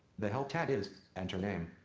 the help tag is enter name.